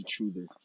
Truther